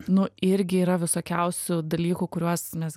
nu irgi yra visokiausių dalykų kuriuos mes